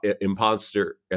imposter